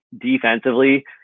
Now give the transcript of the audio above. defensively